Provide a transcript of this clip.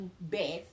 best